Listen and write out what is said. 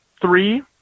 three